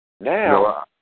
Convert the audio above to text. Now